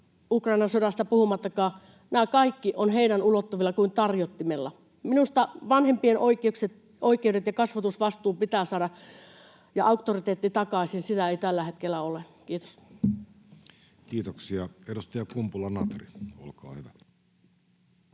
Ukrainan sodasta puhumattakaan. Nämä kaikki ovat heidän ulottuvillaan kuin tarjottimella. Minusta vanhempien oikeudet, kasvatusvastuu ja auktoriteetti pitää saada takaisin. Sitä ei tällä hetkellä ole. — Kiitos. [Speech 49] Speaker: Jussi Halla-aho